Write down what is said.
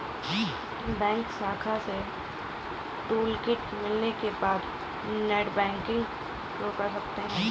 bank शाखा से toolkit मिलने के बाद नेटबैंकिंग शुरू कर सकते है